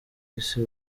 isi